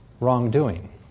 wrongdoing